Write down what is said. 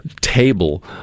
table